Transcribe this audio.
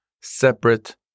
separate